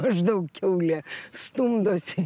aš daug kiaulė stumdosi